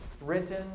written